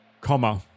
comma